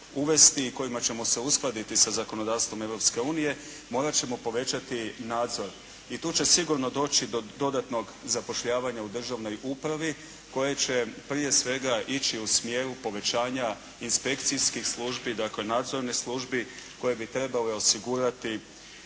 kojima ćemo se uskladiti sa zakonodavstvom Europske unije, morat ćemo povećati nadzor. I tu će sigurno doći do dodatnog zapošljavanja u državnoj upravi, koje će prije svega ići u smjeru povećanja inspekcijskih službi, dakle nadzornih službi koje bi trebale osigurati